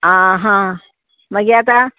आं हा मागी आतां